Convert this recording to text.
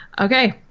Okay